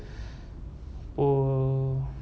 oh